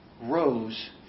rose